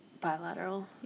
bilateral